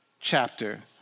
chapter